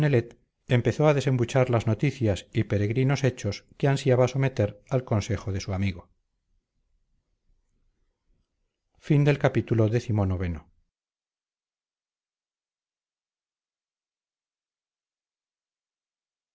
empezó a desembuchar las noticias y peregrinos hechos que ansiaba someter al consejo de su amigo